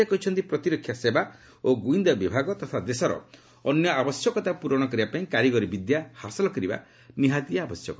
ସେ କହିଛନ୍ତି ପ୍ରତିରକ୍ଷା ସେବା ଓ ଗୁଇନ୍ଦା ବିଭାଗ ତଥା ଦେଶର ଅନ୍ୟ ଆବଶ୍ୟକତାକୁ ପୁରଣ କରିବା ପାଇଁ କାରିଗରୀ ବିଦ୍ୟା ହାସଲ କରିବା ଆବଶ୍ୟକ